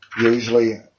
usually